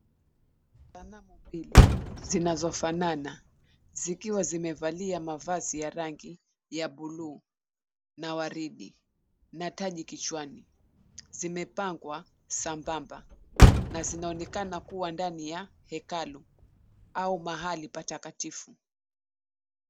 Sanamu mbili zinazofanana zikiwa zimevalia mavazi ya rangi ya bluu na waridi na taji kichwani. Zimepangwa sambamba na zinaonekana kuwa ndani ya hekalu au mahali patakatifu.